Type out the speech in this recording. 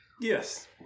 Yes